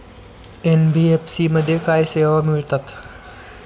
NBFC मध्ये काय सेवा मिळतात?